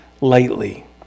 lightly